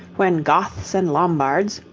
when goths and lombards,